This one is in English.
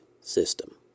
system